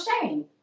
shame